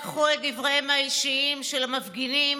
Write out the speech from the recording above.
לקחו את דבריהם האישיים של המפגינים,